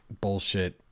bullshit